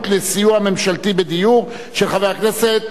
המשנה לראש הממשלה סילבן שלום הודיע לי שהוא הצביע וזה לא נקלט.